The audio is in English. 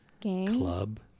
club